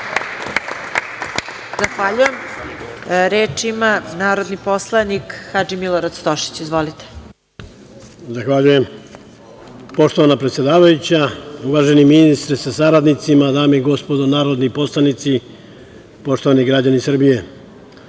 Zahvaljujem. Reč ima narodni poslanik Hadži Milorad Stošić. Izvolite. **Hadži Milorad Stošić** Zahvaljujem. Poštovana predsedavajuća, uvaženi ministre sa saradnicima, dame i gospodo narodni poslanici, poštovani građani Srbije,